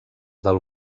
del